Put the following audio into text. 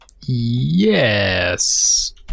Yes